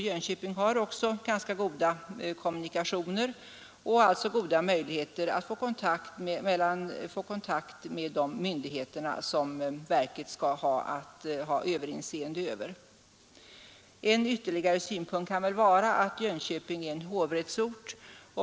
Jönköping har också ganska goda kommunikationer och därmed goda möjligheter att få kontakt med de myndigheter som verket skall ha överinseende över. En ytterligare synpunkt kan vara att Jönköping är en hovrättsort.